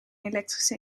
elektrische